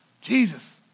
Jesus